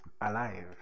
alive